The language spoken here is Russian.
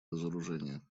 разоружения